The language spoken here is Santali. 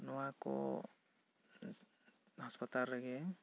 ᱱᱚᱣᱟ ᱠᱚ ᱦᱟᱥᱯᱟᱛᱟᱞ ᱨᱮᱜᱮ